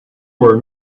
were